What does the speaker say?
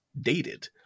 dated